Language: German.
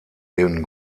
den